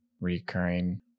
recurring